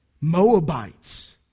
Moabites